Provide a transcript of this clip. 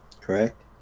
Correct